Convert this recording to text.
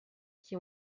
qui